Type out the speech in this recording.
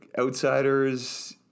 outsiders